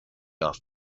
off